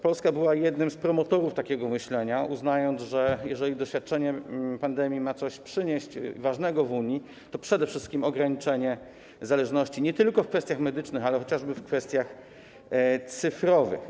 Polska była jednym z promotorów takiego myślenia, uznając, że jeżeli doświadczenie pandemii ma przynieść coś ważnego w Unii, to przede wszystkim ograniczenie zależności nie tylko w kwestiach medycznych, ale chociażby w kwestiach cyfrowych.